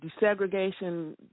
desegregation